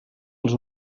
els